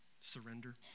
Surrender